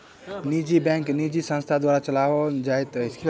निजी बैंक निजी संस्था द्वारा चलौल जाइत अछि